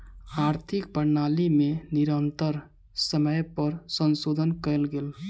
आर्थिक प्रणाली में निरंतर समय पर संशोधन कयल गेल